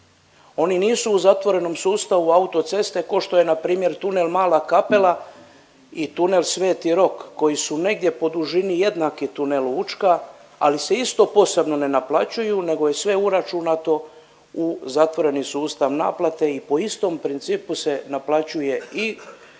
Oni nisu u zatvorenom sustavu auto ceste kao što je npr. tunel Mala Kapela i tune Sveti Rok koji su negdje po dužini jednaki tunelu Učka ali se isto posebno ne naplaćuju nego je sve uračunato u zatvoreni sustav naplate i po istom principu se naplaćuje i na